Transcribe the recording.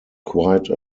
quite